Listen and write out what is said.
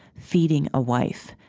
feeding a wife,